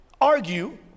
argue